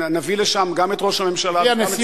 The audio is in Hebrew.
ונביא לשם גם את ראש הממשלה וגם את שר הביטחון.